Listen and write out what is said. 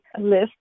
list